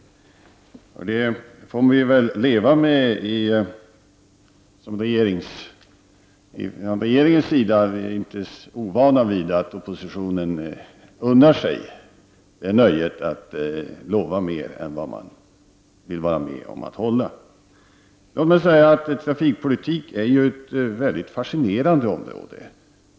Det får vi väl leva med. Regeringen är inte ovan vid att oppositionen unnar sig att lova mer än man kan hålla. Låt mig säga att trafikpolitik är ett fascinerande område.